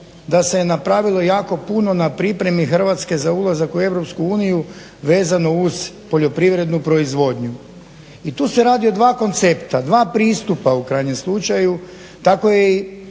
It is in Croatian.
Hrvatske za ulazak u EU vezano uz poljoprivrednu proizvodnju. I tu se radi o dva koncepta dva pristupa u krajnjem slučaju. Tako je i